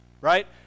right